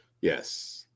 Yes